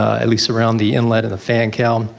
at least around the inlet and the fan cowl.